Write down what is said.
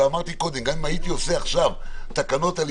אמרתי קודם שגם אם הייתי עושה עכשיו תקנות על